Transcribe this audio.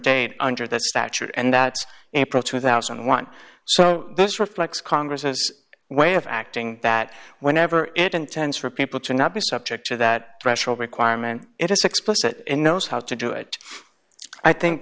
date under the statute and that's april two thousand and one so this reflects congress as way of acting that whenever it intends for people to not be subject to that threshold requirement it is explicit knows how to do it i think